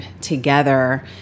together